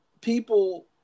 people